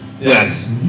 Yes